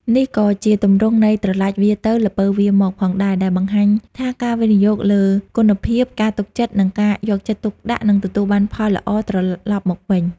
នេះក៏ជាទម្រង់នៃ "ត្រឡាចវារទៅ ល្ពៅវារមក" ផងដែរ ដែលបង្ហាញថាការវិនិយោគលើគុណភាព ការទុកចិត្ត និងការយកចិត្តទុកដាក់នឹងទទួលបានផលល្អត្រឡប់មកវិញ។